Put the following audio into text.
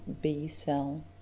B-cell